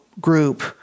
Group